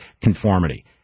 conformity